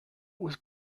was